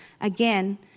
again